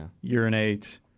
urinate